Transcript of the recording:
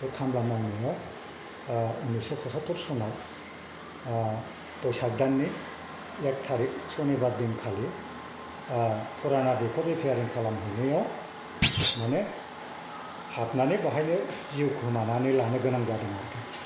बे खामला मावनायाव उन्निसस' पसत्तुर सनाव बैसाग दाननि एक थारिख सनिबार दिनखालि फुराना दैखर रिपेयारिं खालामहैनायाव माने हाबनानै बाहायनो जिउ खोमानानै लानो गोनां जादों आरोखि